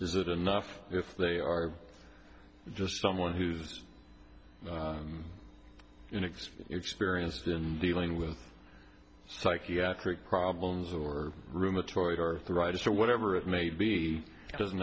does it enough if they are just someone who's unix experienced in dealing with psychiatric problems or rheumatoid arthritis or whatever it may be it doesn't